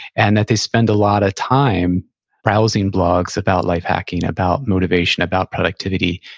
and that they spend a lot of time browsing blogs about life hacking, about motivation, about productivity,